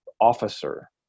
officer